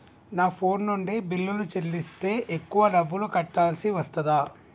నా ఫోన్ నుండి బిల్లులు చెల్లిస్తే ఎక్కువ డబ్బులు కట్టాల్సి వస్తదా?